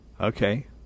okay